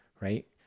right